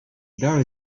there